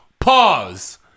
Pause